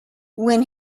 when